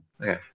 Okay